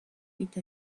with